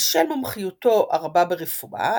בשל מומחיותו הרבה ברפואה,